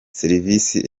serivisi